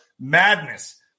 madness